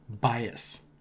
bias